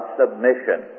submission